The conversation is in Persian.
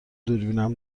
دوربینم